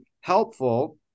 helpful